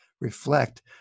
reflect